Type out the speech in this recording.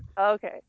Okay